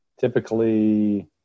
typically